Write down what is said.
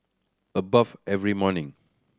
I bathe every morning